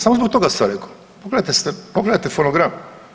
Samo zbog toga sam rekao, pogledajte fonogram.